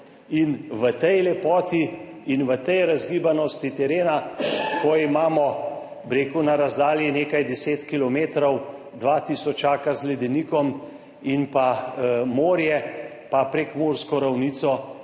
in v tej lepoti in v tej razgibanosti terena, ko imamo, bi rekel, na razdalji nekaj deset kilometrov, dva tisočaka z ledenikom in pa morje, pa prekmursko ravnico,